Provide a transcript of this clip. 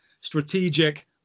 strategic